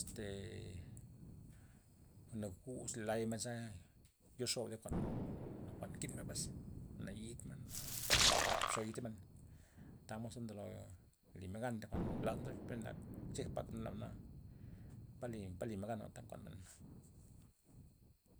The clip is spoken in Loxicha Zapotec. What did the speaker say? Estee jwa'n naguz laymenza ryoxob re jwa'n- jwa'n nakinmen pues, na nayid men, na ak bxeytamen, tamod ze ndolo li men gan thi jwa'n laz men na zebay, na chep pad nabana pa limen- pa limen gan jwa'n ta nkuan men.